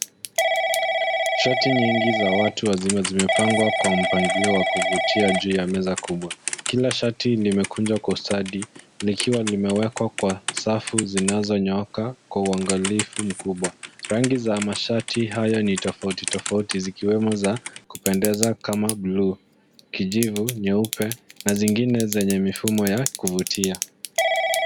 Shati nyingi za watu zimepangwa kwa mpangilio wa kuvutia juu ya meza kubwa. Kila shati limekunjwa kwa ustadi likiwa limewekwa kwa safu zinazonyooka kwa hungalifu mkubwa. Rangi za mashati haya ni tofauti tofauti, zikiwemo za kupendeza kama buluu, kijivu, nyeupe, na zingine zenye mifumo ya kuvutia.